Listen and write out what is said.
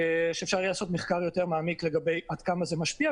אפשר יהיה לעשות מחקר יותר מעמיק לגבי עד כמה זה משפיע.